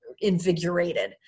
invigorated